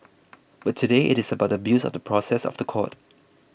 but today it is about the abuse of the process of the court